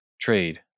trade